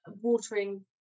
watering